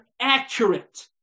accurate